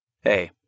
Hey